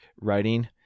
writing